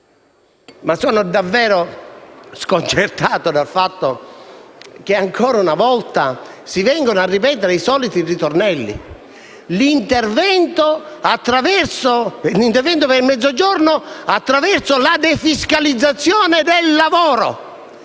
Sono davvero sconcertato dal fatto che ancora una volta si vengono a ripetere i soliti ritornelli: si parla ancora dell'intervento nel Mezzogiorno attraverso la defiscalizzazione del lavoro.